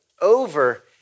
over